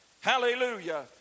Hallelujah